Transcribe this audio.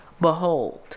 Behold